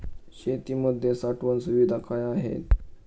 शेतीमध्ये साठवण सुविधा काय आहेत?